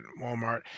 Walmart